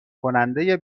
کننده